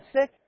sick